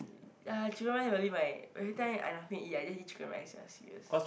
ya chicken rice really my every time I nothing to eat I just eat chicken rice ya serious